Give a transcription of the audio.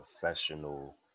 professional